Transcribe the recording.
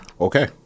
Okay